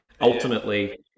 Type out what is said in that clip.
ultimately